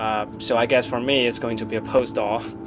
um so i guess, for me, it's going to be a postdoc.